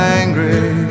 angry